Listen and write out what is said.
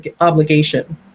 obligation